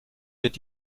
wird